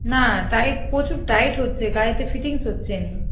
না টাইট প্রচুর টাইট হচ্ছে গায়েতে ফিটিংস হচ্ছে না